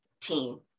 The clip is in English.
team